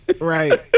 Right